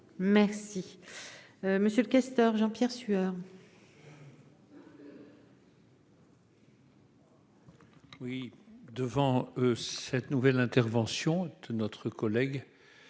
Merci monsieur le questeur Jean-Pierre Sueur.